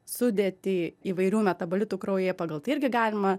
sudėtį įvairių metabolitų kraujyje pagal tai irgi galima